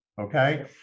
Okay